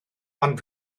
ond